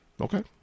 Okay